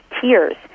tears